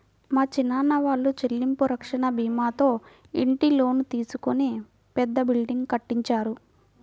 మా చిన్నాన్న వాళ్ళు చెల్లింపు రక్షణ భీమాతో ఇంటి లోను తీసుకొని పెద్ద బిల్డింగ్ కట్టించారు